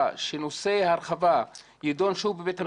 שנושא ההרחבה יידון שוב בבית המשפט?